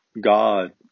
God